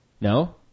No